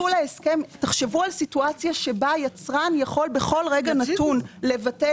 תחשבו על סיטואציה בה היצרן יכול בכל רגע נתון לבטל